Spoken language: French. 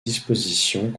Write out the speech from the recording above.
dispositions